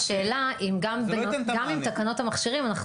השאלה אם גם עם תקנות המכשירים,